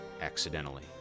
accidentally